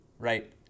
Right